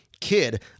kid